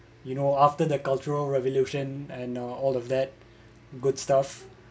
you know after the cultural revolution and uh all of that good stuff